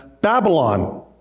Babylon